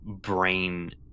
brain